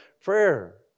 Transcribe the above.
prayer